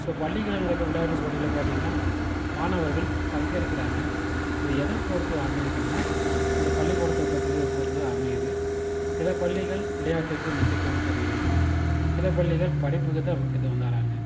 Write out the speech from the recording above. இப்போ பள்ளிகள்ல நடக்கும் விளையாட்டு போட்டிகள்ல பார்த்தீங்கன்னா மாணவர்கள் பங்கேற்கிறாங்க அது எதை பொறுத்து அமையுதுன்னால் அந்த பள்ளிக்கூடத்தை பற்றி பொறுத்து தான் அமையுது சில பள்ளிகள் விளையாட்டிற்கு முக்கியத்துவம் தருகிறது சில பள்ளிகள் படிப்புக்கு தான் முக்கியத்துவம் தராங்கள்